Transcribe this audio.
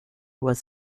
was